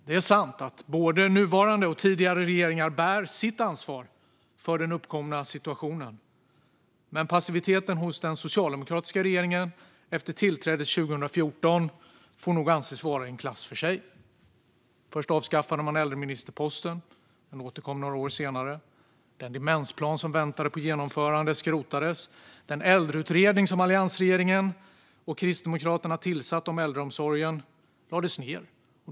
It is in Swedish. Det är sant att både nuvarande och tidigare regeringar bär ett ansvar för den uppkomna situationen, men passiviteten hos den socialdemokratiska regeringen efter tillträdet 2014 får nog anses vara i en klass för sig. Först avskaffade man äldreministerposten - den återkom några år senare - och den demensplan som väntade på genomförande skrotades. Den äldreutredning om äldreomsorgen som alliansregeringen och Kristdemokraterna tillsatte lades ned.